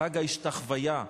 חג ההשתחוויה,